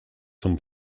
zum